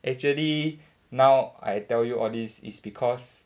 actually now I tell you all this is because